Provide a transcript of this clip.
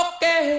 Okay